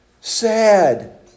sad